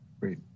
Great